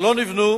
ולא נבנו